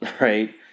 right